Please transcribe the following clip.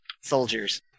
soldiers